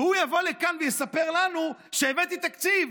והוא יבוא לכאן ויספר לנו: הבאתי תקציב.